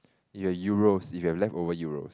your have Euros if you have leftover Euros